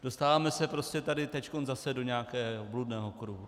Dostáváme se prostě tady teď zase do nějakého bludného kruhu.